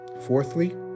fourthly